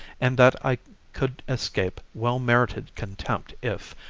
and that i could escape well-merited contempt if,